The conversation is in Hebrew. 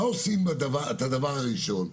מה עושים דבר ראשון?